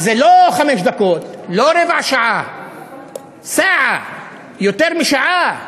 זה לא חמש דקות, לא רבע שעה שעה, יותר משעה.